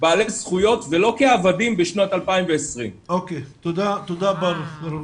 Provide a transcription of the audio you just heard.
בעלי זכויות ולא כעבדים בשנת 2020. תודה רבה.